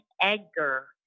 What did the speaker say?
Edgar